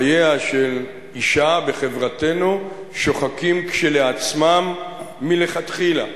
חייה של אשה בחברתנו שוחקים כשלעצמם מלכתחילה.